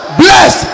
bless